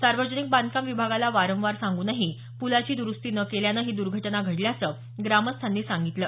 सार्वजनिक बांधकाम विभागाला वारंवार सांगूनही पुलाची द्रुस्ती न केल्यानं ही दूर्घटना घडल्याचं ग्रामस्थांनी सांगितलं